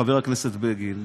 חבר הכנסת בגין.